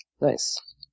Nice